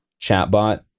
chatbot